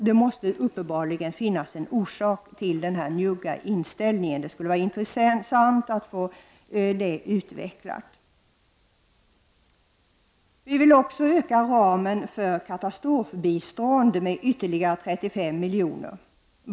Det måste uppenbarligen finnas en orsak till denna njugga inställning. Det skulle vara intressant att få detta utvecklat. Vi i folkpartiet vill också öka ramen för katastrofbistånd med ytterligare 35 milj.kr.